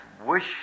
wish